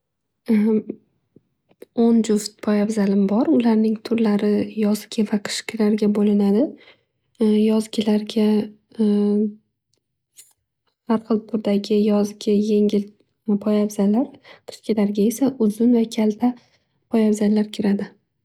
O'n juft poyabzalim bor. Ularning turlari yozgi va qishgilarga bo'linadi. Yozgilarga har xil turdagi yozgi yengil poyabzallar, qishgilarga esa uzun va kalta poyabzallar kiradi.